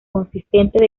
consistente